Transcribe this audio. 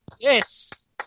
Yes